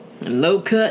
low-cut